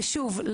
ושוב,